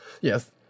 yes